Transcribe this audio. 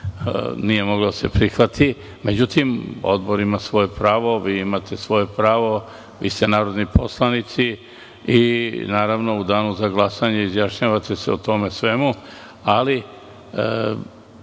nije moglo da se prihvati. Međutim, Odbor ima svoje pravo, vi imate svoje pravo, vi ste narodni poslanici i u danu za glasanje izjašnjavate se o svemu tome.